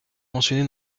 mentionné